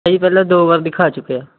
ਭਾਅ ਜੀ ਪਹਿਲਾਂ ਦੋ ਵਾਰ ਦਿਖਾ ਚੁੱਕੇ ਆ